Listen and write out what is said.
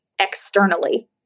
externally